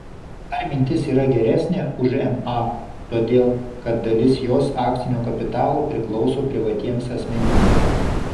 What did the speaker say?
ar mintis yra geresnė už ma todėl kad dalis jos akcinio kapitalo priklauso privatiems asmenims